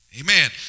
Amen